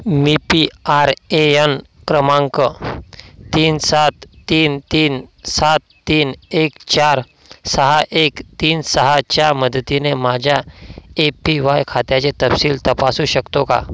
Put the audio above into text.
me P R A L क्रमांक तीन सात तीन तीन सात तीन एक चार सहा एक तीन सहाच्या मदतीने माझ्या ए पी वाय खात्याचे तपशील तपासू शकतो का